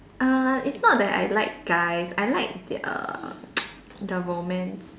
uh it's not that I like guys I like the err the romance